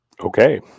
Okay